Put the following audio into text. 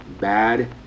bad